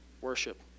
worship